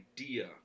idea